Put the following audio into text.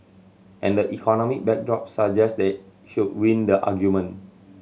and the economic backdrop suggest they should win the argument